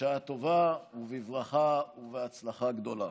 בשעה טובה, ובברכה ובהצלחה גדולה.